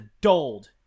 dulled